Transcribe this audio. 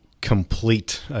complete